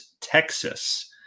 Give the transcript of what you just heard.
Texas